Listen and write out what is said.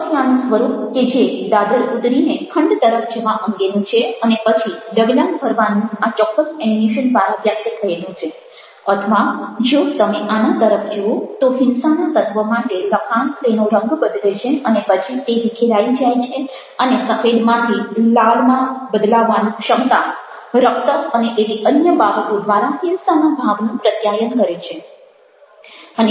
પગથિયાનું સ્વરૂપ કે જે દાદર ઉતરીને ખંડ તરફ જવા અંગેનું છે અને પછી ડગલાં ભરવાનું આ ચોક્કસ એનિમેશન દ્વારા વ્યક્ત થયેલું છે અથવા જો તમે આના તરફ જુઓ તો હિંસાના તત્વ માટે લખાણ તેનો રંગ બદલે છે અને પછી તે વિખેરાઈ જાય છે અને સફેદમાંથી લાલમાં બદલાવાની ક્ષમતા રક્ત અને એવી અન્ય બાબતો દ્વારા હિંસાના ભાવનું પ્રત્યાયન કરે છે